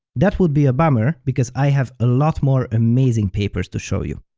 that would be a bummer, because i have a lot more amazing papers to show you.